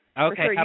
Okay